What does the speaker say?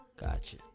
Gotcha